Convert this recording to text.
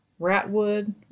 ratwood